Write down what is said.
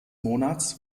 monats